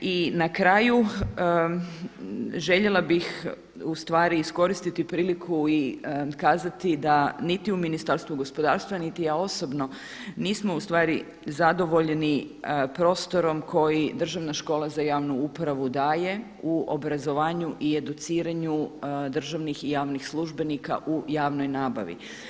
I na kraju željela bih ustvari iskoristiti priliku i kazati da niti u Ministarstvu gospodarstva niti ja osobno nismo ustvari zadovoljni prostorom koji Državna škola za javnu upravu daje u obrazovanju i educiranju državnih i javnih službenika u javnoj nabavi.